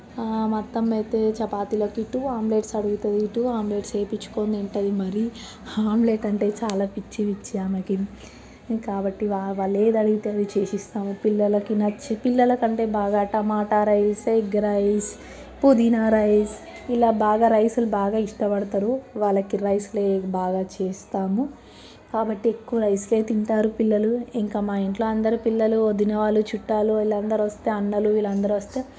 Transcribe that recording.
మా అత్తమ్మ అయితే చపాతీలోకి టు ఆమ్లెట్స్ అడుగుతుంది టూ ఆమ్లెట్స్ వేపించుకొని తింటుంది మరి ఆమ్లెట్ అంటే చాలా పిచ్చి పిచ్చి ఆమెకి కాబట్టి వాళ్లు ఏం అడిగితే చేసి ఇస్తాము పిల్లలకి నచ్చి పిల్లలకంటే బాగా టమాటా రైస్ ఎగ్ రైస్ పుదీనా రైస్ ఇలా బాగా రైసులు బాగా ఇష్టపడతారు వాళ్లకి రైస్లే బాగా చేస్తాము కాబట్టి ఎక్కువ రైస్ లే తింటారు పిల్లలు ఇంకా మా ఇంట్లో అందరు పిల్లలు వదిన వాళ్ళు చుట్టాలు వాళ్ళందరూ వస్తే అన్నలు వీళ్ళందరూ వస్తే